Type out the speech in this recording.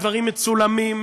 הדברים מצולמים,